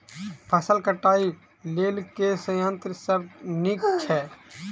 फसल कटाई लेल केँ संयंत्र सब नीक छै?